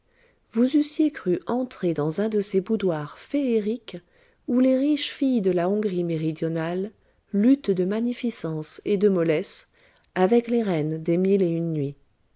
vous eussiez cru entrer dans un de ces boudoirs féeriques où les riches filles de la hongrie méridionale luttent de magnificence et de mollesse avec les reines des mille et une nuits